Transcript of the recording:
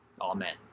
Amen